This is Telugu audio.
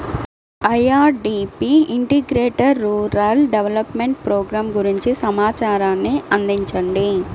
IRDP integrated rural development programme గురించి సమాచారాన్ని అందించండి?